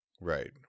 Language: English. Right